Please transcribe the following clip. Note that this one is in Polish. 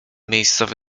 miejscowy